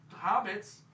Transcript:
hobbits